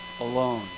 alone